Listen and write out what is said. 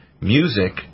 music